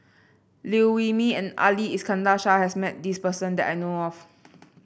Liew Wee Mee and Ali Iskandar Shah has met this person that I know of